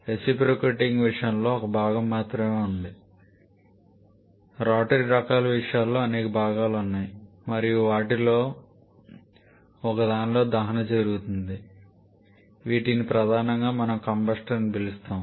reciprocating విషయంలో ఒక భాగం మాత్రమే ఉంది రోటరీ రకాల విషయాలలో అనేక భాగాలు ఉన్నాయి మరియు వాటిలో ఒకదానిలో దహన జరుగుతుంది వీటిని ప్రధానంగా మనం కంబస్టర్ అని పిలుస్తాము